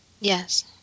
Yes